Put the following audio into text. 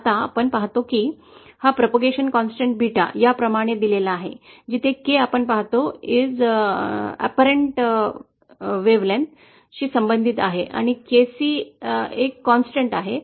आता आपण पाहतो की प्रसार स्थिरांक 𝜷 या प्रमाणे दिलेला आहे जिथे K आपण पाहतो वास्तविक तरंगलांबी शी संबंधित आहे आणि KC एक स्थिर आहे